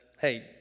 hey